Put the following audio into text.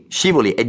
Scivoli